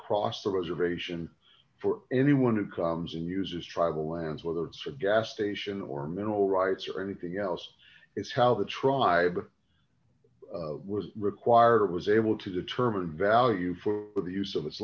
cross the reservation for anyone who comes in uses tribal lands whether it's a gas station or mineral rights or anything else is how the tribe was required was able to determine value for the use of its